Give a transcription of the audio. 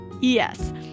yes